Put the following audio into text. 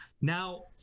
Now